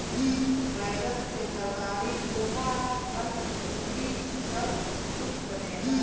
बैगन से तरकारी, चोखा, कलउजी सब कुछ बनेला